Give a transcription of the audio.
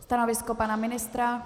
Stanovisko pana ministra?